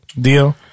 deal